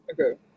Okay